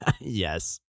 Yes